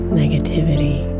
negativity